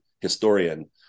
historian